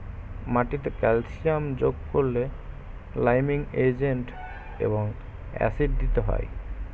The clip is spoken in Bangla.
মাটিতে ক্যালসিয়াম যোগ করলে লাইমিং এজেন্ট এবং অ্যাসিড দিতে হয়